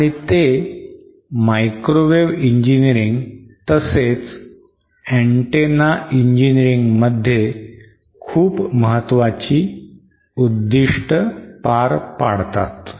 आणि ते microwave engineering तसेच antenna engineering मध्ये खूप महत्वाची उद्दिष्ट पार पडतात